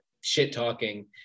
shit-talking